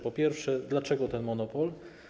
Po pierwsze: Dlaczego ten monopol?